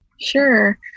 Sure